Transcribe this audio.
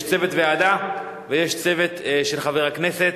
יש צוות ועדה ויש צוות של חבר הכנסת,